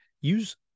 Use